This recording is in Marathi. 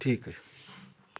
ठीक आहे